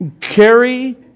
Carry